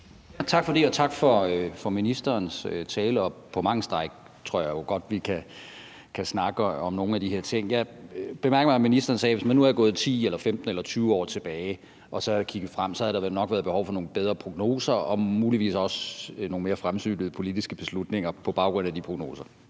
Tak for det, og tak for ministerens tale, og på mange stræk tror jeg jo godt at vi kan snakke om nogle af de her ting. Jeg bemærkede mig, at ministeren sagde, at der, hvis man nu var gået 10, 15 eller 20 år tilbage og havde kigget frem, så nok havde været et behov for nogle bedre prognoser og muligvis også nogle mere fremsynede politiske beslutninger på baggrund af de prognoser.